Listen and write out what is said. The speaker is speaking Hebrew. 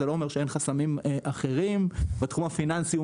זה לא אומר שאין חסמים אחרים בתחום הפיננסי שהוא